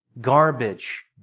garbage